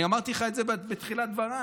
אני אמרתי לך את זה בתחילת דבריי.